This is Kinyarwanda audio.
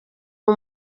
uyu